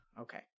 Okay